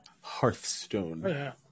Hearthstone